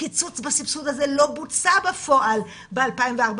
קיצוץ בסבסוד הזה לא בוצע בפועל ב-2014,